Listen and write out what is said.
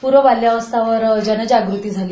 पूर्व बाल्यव्यस्था वर जनजागृती झाली